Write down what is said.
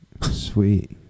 Sweet